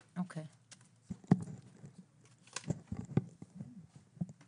כי אני למדתי הוראה בדיוק וזה הבסיס שלמדנו.